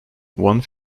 one